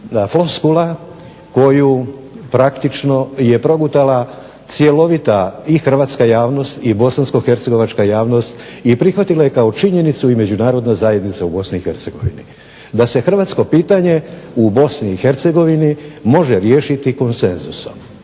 floskula koju praktično je progutala cjelovita i hrvatska javnost i bosansko-hercegovačka javnost i prihvatila je kao činjenicu i Međunarodna zajednica u BiH. Da se hrvatsko pitanje u BiH može riješiti konsenzusom.